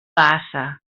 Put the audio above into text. bassa